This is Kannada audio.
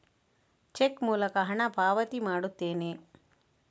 ಚೆಕ್ ಮೂಲಕ ಹಣ ಪಾವತಿ ಮಾಡುತ್ತೇನೆ